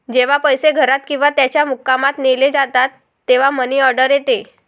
जेव्हा पैसे घरात किंवा त्याच्या मुक्कामात नेले जातात तेव्हा मनी ऑर्डर येते